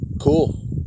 cool